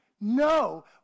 No